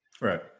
right